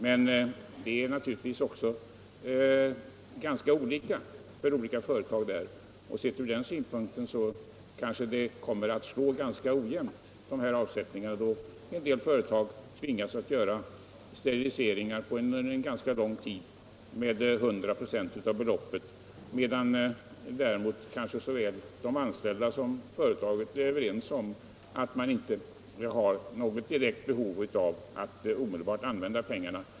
Men det är också ganska olika för olika företag därvidlag, och från den synpunkten kan avsättningarna komma att slå ganska ojämnt, då en del företag tvingas göra steriliseringar under ganska lång tid med 100 96 av beloppet, även om de anställda och företaget är överens om att det inte finns något direkt behov av att omedelbart använda pengarna.